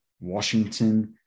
Washington